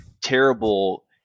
terrible –